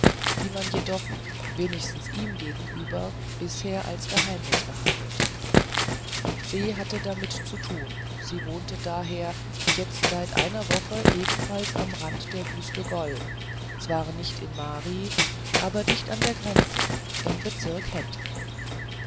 die man jedoch wenigstens ihm gegenüber bisher als geheimnis behandelte se hatte damit zu tun sie wohnte daher jetzt seit einer woche ebenfalls am rand der wüste gol zwar nicht in mari aber dicht an der grenze im bezirk